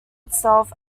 itself